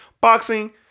boxing